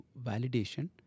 validation